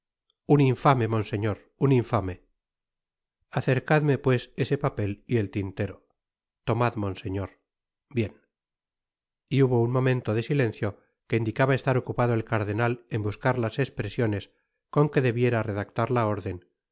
un infame monseñor un infame acercadme pues ese papel y el tintero tomad monseñor bien y hubo un momento de silencio que indicaba estar ocupado el cardenal en buscar las espresiones con que debería redactar la orden